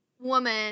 woman